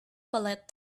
bullet